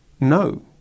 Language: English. no